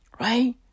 Right